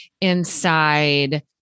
inside